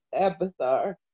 Abathar